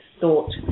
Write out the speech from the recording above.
thought